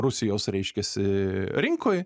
rusijos reiškiasi rinkoj